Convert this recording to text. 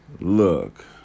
look